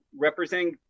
representing